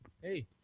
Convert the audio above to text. Hey